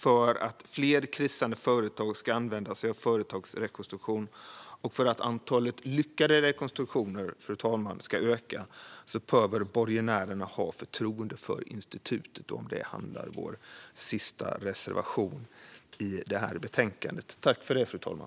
För att fler krisande företag ska använda sig av företagsrekonstruktion och för att antalet lyckade rekonstruktioner ska öka behöver borgenärerna ha förtroende för institutet. Om det handlar vår sista reservation i betänkandet, fru talman.